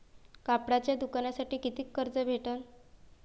कापडाच्या दुकानासाठी कितीक कर्ज भेटन?